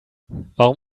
warum